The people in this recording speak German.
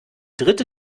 dritte